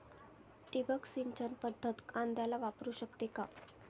ठिबक सिंचन पद्धत कांद्याला वापरू शकते का?